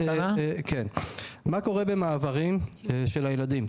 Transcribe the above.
מה קורה במעברים של הילדים?